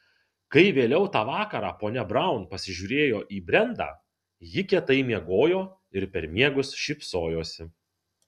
kai vėliau tą vakarą ponia braun pasižiūrėjo į brendą ji kietai miegojo ir per miegus šypsojosi